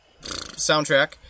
soundtrack